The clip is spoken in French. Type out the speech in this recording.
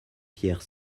pierre